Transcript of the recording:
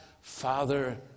Father